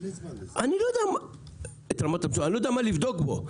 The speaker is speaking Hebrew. אני לא יודע מה לבדוק בו.